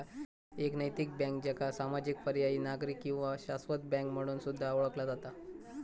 एक नैतिक बँक, ज्याका सामाजिक, पर्यायी, नागरी किंवा शाश्वत बँक म्हणून सुद्धा ओळखला जाता